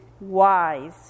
wise